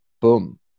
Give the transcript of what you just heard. boom